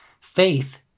Faith